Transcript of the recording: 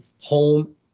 home